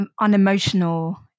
unemotional